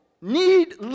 need